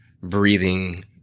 breathing